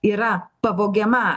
yra pavogiama